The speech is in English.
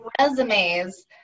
resumes